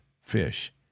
fish